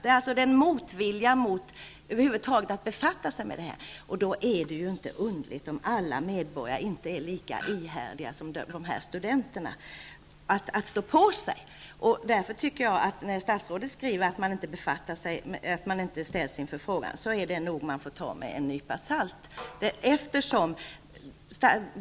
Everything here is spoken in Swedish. Det finns en motvilja mot att över huvud taget befatta sig med detta, och det är ju inte underligt om de flesta medborgare inte är lika ihärdiga som de här studenterna. Så när statsrådet skriver att myndigheter och tjänstemän inte ställs inför frågan, är det något som vi får ta med en nypa salt.